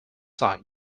side